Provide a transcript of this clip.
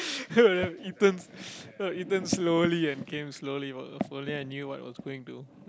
eaten eaten slowly and came slowly if if only I knew what I was going to